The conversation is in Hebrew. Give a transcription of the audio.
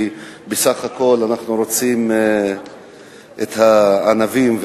כי בסך הכול אנחנו רוצים את הענבים,